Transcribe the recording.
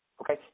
okay